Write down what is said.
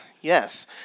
Yes